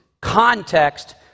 context